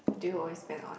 do you always spend on